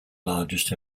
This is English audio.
largest